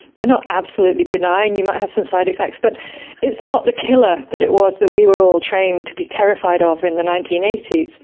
not absolutely benign, you might have some side-effects, but it's not the killer that it was that we were all trained to be terrified ah of in the nineteen eighty s.